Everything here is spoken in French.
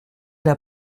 n’a